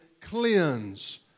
cleanse